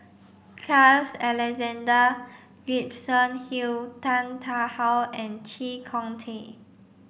Carl Alexander Gibson Hill Tan Tarn How and Chee Kong Tet